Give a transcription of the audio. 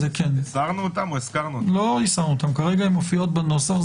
הן מופיעות בנוסח.